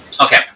Okay